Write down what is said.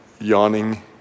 yawning